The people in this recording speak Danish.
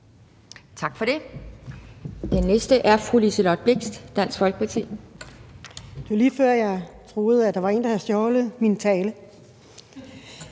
Tak for det.